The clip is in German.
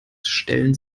stellen